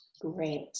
Great